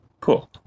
cool